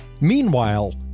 Meanwhile